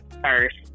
first